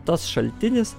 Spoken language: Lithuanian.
tas šaltinis